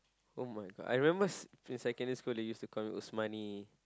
[oh]-my-god I remember in secondary school they use to call me Usmani